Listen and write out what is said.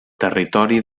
territori